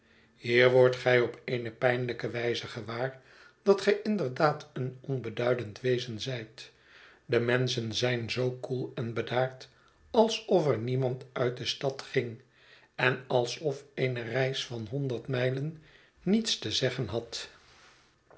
hier wordt gij op eene pijnlijke wijze gewaar dat gij inderdaad een onbeduidend wezen zijt de menschen zijn zoo koel en bedaard alsof er niemand uit de stad ging en alsof eene reis van honderd mijlen niets te zeggen had